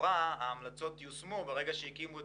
לכאורה ההמלצות יושמו ברגע שהקימו את